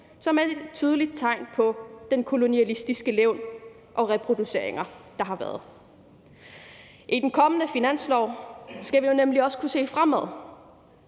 som er et tydeligt tegn på det kolonialistiske levn og de reproduceringer, der har været. Kl. 17:58 I den kommende finanslov skal vi også kunne se fremad,